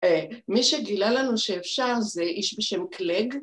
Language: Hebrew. מי שגילה לנו שאפשר זה איש בשם קלג